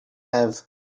have